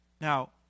Now